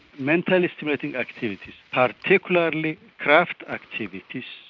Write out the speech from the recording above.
mentally stimulating activities, particularly craft activities,